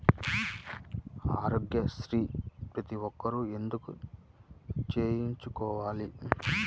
ఆరోగ్యశ్రీ ప్రతి ఒక్కరూ ఎందుకు చేయించుకోవాలి?